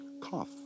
cough